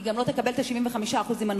היא גם לא תקבל את ה-75% הנותרים.